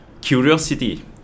curiosity